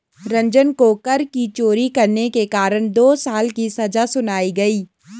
रंजन को कर की चोरी करने के कारण दो साल की सजा सुनाई गई